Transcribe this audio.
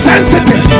sensitive